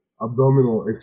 abdominal